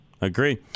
Agree